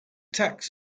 tax